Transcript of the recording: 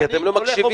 כי אתם לא מקשיבים.